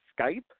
Skype